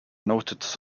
noted